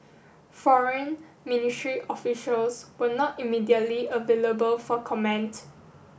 Foreign Ministry officials were not immediately available for comment